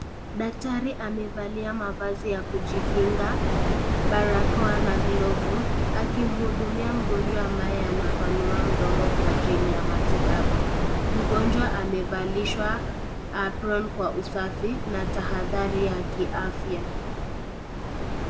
Daktari amevalia mavazi ya kujikinga, barakoa na glovu, akimhudumia mgonjwa ambaye anapanua mdomo kwa ajili ya matibabu. Mgonjwa amevalishwa apron kwa usafi na tahadhari ya kiafya.